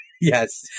Yes